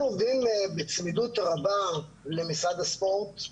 אנחנו עובדים בצמידות רבה למשרד הספורט,